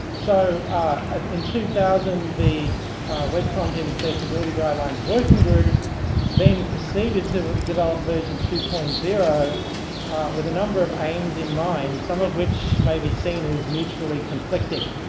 so in two thousand the web content accessibility guidelines working group then proceeded to develop version two point zero with a number of aims in mind, some of which may be seen as mutually conflicting.